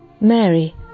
Mary